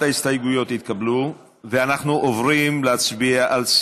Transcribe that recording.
ההסתייגות (4) של חברי הכנסת אלי אלאלוף,